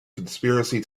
conspiracy